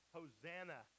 Hosanna